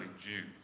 Jews